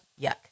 Yuck